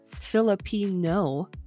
Filipino